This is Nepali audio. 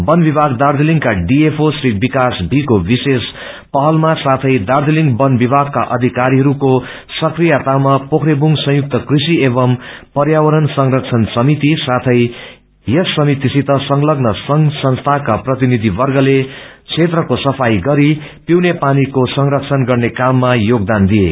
बन विभाग दार्जीलिङका डीएफओ श्री विकास भी को विशेष पहलमा साथै दार्जीलिङ बन विभागका अधिकारीहरूको सक्रियातामा पोखरेबुङ संयुक्त कृषि एंव प्यावरण संरक्षण समिति साथै यस समितिसित संग्लन संघ संस्याका प्रतिनियिवर्गले क्षेत्रको सफाई गरि पीउने पानीको संरक्षण गर्ने काममा योगदान दिए